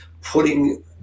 putting